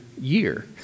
year